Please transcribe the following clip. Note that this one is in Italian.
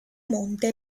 monte